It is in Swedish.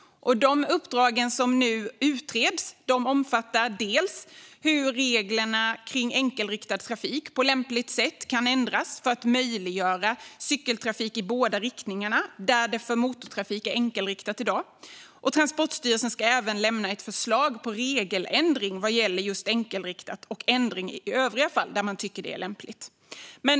Uppdragen som utreds just nu omfattar hur reglerna för enkelriktad trafik på lämpligt sätt kan ändras för att möjliggöra cykeltrafik i båda riktningarna där det för motortrafik i dag är enkelriktat. Transportstyrelsen ska även lämna ett förslag på regeländring vad gäller enkelriktat och ändring i övriga fall där man tycker att det är lämpligt.